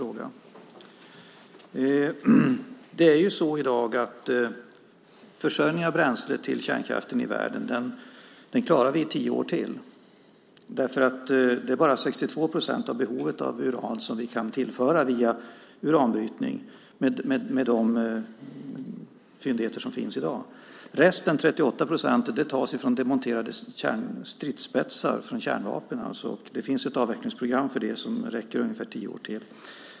Vi klarar försörjningen av bränsle till kärnkraften i världen i tio år till. Det är bara 62 procent av behovet av uran som kan tillföras via uranbrytning med de fyndigheter som finns i dag. Resten, 38 procent, tas från demonterade kärnstridsspetsar, från kärnvapen alltså, och det finns ett avvecklingsprogram för det som räcker i ungefär tio år till.